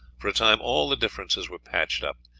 for a time all the differences were patched up.